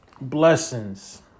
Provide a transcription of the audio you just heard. blessings